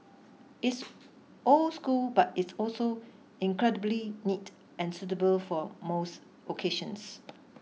it's old school but it's also incredibly neat and suitable for most occasions